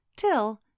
till